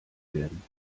werden